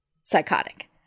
psychotic